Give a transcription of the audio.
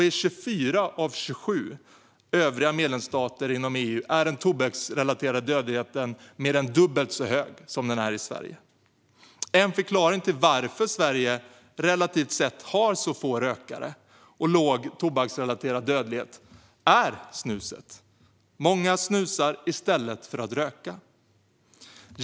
I 24 av övriga 27 medlemsstater är den tobaksrelaterade dödligheten mer än dubbelt så hög som i Sverige. En förklaring till varför Sverige relativt sett har så få rökare och så låg tobaksrelaterad dödlighet är snuset. Många snusar i stället för att röka.